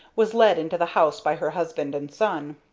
was led into the house by her husband and son.